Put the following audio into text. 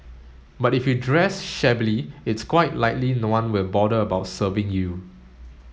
but if you dress shabbily it's quite likely no one will bother about serving you